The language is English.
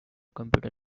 computer